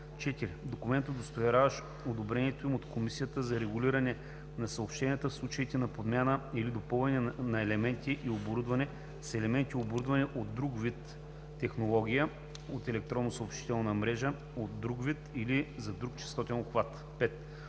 4. документ, удостоверяващ одобрението им от Комисията за регулиране на съобщенията – в случаите на подмяна или допълване на елементи и оборудване с елементи и оборудване от друг вид технология, от електронна съобщителна мрежа от друг вид или за друг честотен обхват. (5)